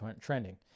trending